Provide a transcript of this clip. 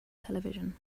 television